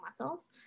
muscles